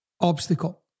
obstacle